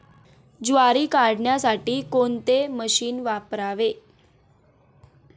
ज्वारी काढण्यासाठी कोणते मशीन वापरावे?